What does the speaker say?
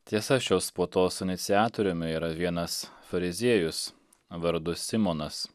tiesa šios puotos iniciatoriumi yra vienas fariziejus vardu simonas